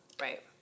Right